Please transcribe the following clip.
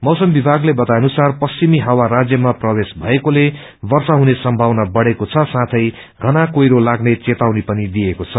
मौसम विभागले बताए अनुसार पश्चिमी हावा राज्या प्रवेश भएकोले वर्षा हुने सम्भावना बढ़ेको छ साथै घना कुहिरो लाग्ने चेतावनी पनि दिइएको छ